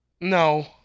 No